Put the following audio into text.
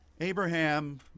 Abraham